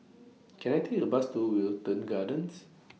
Can I Take A Bus to Wilton Gardens